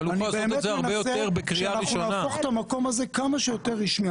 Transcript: אני באמת מנסה שאנחנו נהפוך את המקום הזה כמה שיותר רשמי.